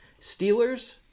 Steelers